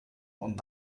und